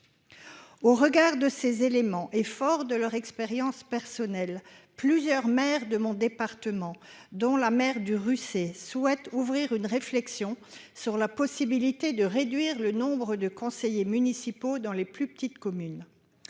Au regard de ces éléments, et forts de leur expérience personnelle, plusieurs maires de mon département, dont celle du Russey, souhaitent ouvrir une réflexion sur la possibilité de réduire le nombre de conseillers municipaux dans les plus petites communes.